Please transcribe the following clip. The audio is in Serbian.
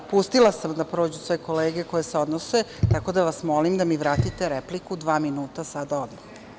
Pustila sam da prođu sve kolege, tako da vas molim da mi vratite repliku, dva minuta, sada odmah.